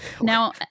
Now